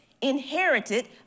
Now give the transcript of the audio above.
inherited